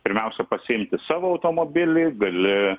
pirmiausia pasiimti savo automobilį gali